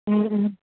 ও ও